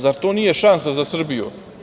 Zar to nije šansa za Srbiju?